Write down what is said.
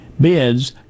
bids